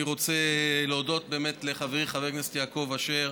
אני רוצה להודות לחברי חבר הכנסת יעקב אשר,